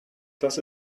das